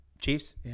Chiefs